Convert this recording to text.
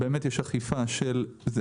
באמת, אכיפה של ---.